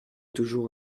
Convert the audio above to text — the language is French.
toujours